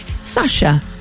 Sasha